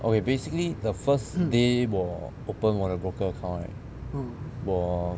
okay basically the first day 我 open 我的 broker account right 我